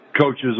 coaches